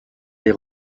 les